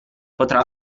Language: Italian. potrà